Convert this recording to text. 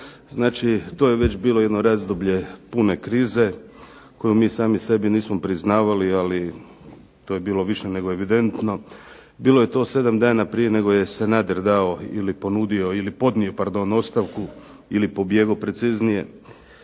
znači to je već bilo jedno razdoblje pune krize koju mi sami sebi nismo priznavali, ali to je bilo više nego evidentno. Bilo je to 7 dana prije nego je Sanader dao ili ponudio ili podnio ostavku ili pobjegao preciznije.